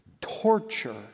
torture